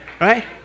right